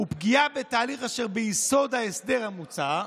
ופגיעה בתהליך אשר ביסוד ההסדר המוצע.